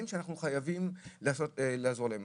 שאנחנו חייבים לעזור בהם.